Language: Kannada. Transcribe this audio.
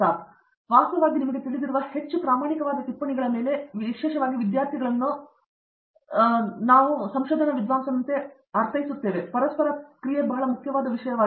ಪ್ರತಾಪ್ ಹರಿಡೋಸ್ ವಾಸ್ತವವಾಗಿ ನಿಮಗೆ ತಿಳಿದಿರುವ ಹೆಚ್ಚು ಪ್ರಾಮಾಣಿಕವಾದ ಟಿಪ್ಪಣಿಗಳ ಮೇಲೆ ವಿಶೇಷವಾಗಿ ವಿದ್ಯಾರ್ಥಿಗಳನ್ನು ನಾನು ಒಂದು ಸಂಶೋಧನಾ ವಿದ್ವಾಂಸನಂತೆ ಅರ್ಥೈಸುತ್ತಿದ್ದೇನೆ ಪರಸ್ಪರ ಕ್ರಿಯೆಯು ಬಹಳ ಮುಖ್ಯವಾದ ವಿಷಯವಾಗಿದೆ